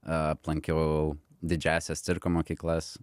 aplankiau didžiąsias cirko mokyklas